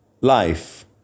life